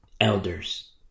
elders